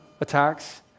attacks